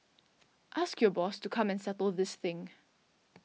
ask your boss to come and settle this thing